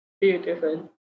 Beautiful